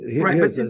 Right